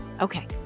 Okay